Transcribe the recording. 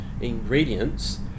ingredients